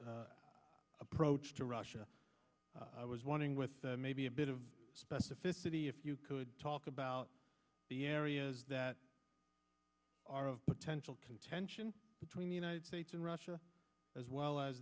s approach to russia i was wondering with maybe a bit of specificity if you could talk about the areas that are of potential contention between the united states and russia as well as